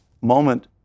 moment